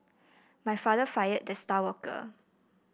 my father fired the star worker